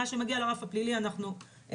כי במה שמגיע לרף הפלילי אנחנו מטפלים